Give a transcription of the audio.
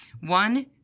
One